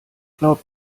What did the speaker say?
glaub